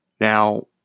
Now